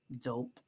Dope